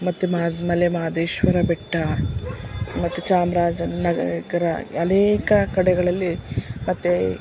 ಮತ್ತು ಮಲೆಮಹದೇಶ್ವರ ಬೆಟ್ಟ ಮತ್ತು ಚಾಮರಾಜ ನಗರ ಅನೇಕ ಕಡೆಗಳಲ್ಲಿ ಮತ್ತು